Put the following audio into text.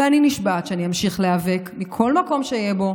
ואני נשבעת שאני אמשיך להיאבק מכל מקום שאהיה בו,